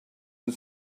and